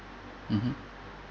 mmhmm